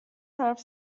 حرف